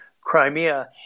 Crimea